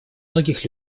многих